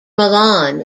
milan